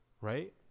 right